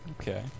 Okay